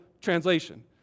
translation